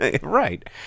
Right